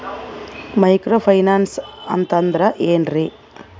Micro finance ಅಂತಂದ್ರ ಏನ್ರೀ?